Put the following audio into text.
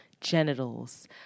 genitals